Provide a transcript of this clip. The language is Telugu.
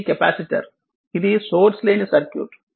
ఇది కెపాసిటర్ ఇది సోర్స్ లేని సర్క్యూట్